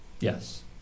Yes